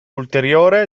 ulteriore